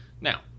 now